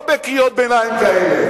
לא בקריאות ביניים כאלה.